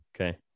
okay